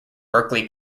berkeley